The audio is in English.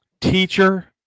teacher